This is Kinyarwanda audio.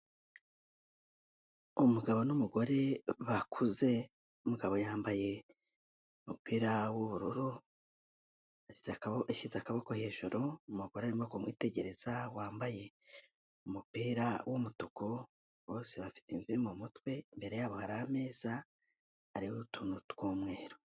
Umugabo n'umugore bakuze, umugabo yambaye umupira w'ubururu ashyize akaboko hejuru umugore arimo kumwitegereza wambaye umupira w'umutuku, bose bafite imvi mu mutwe imbere yabo hari ameza areba utuntu tw'umweru.